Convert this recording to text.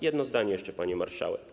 Jedno zdanie jeszcze, pani marszałek.